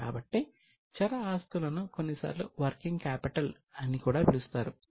కాబట్టి చర ఆస్తులను కొన్నిసార్లు వర్కింగ్ క్యాపిటల్ అని కూడా పిలుస్తారు